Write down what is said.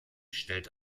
stellt